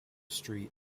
street